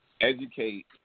educate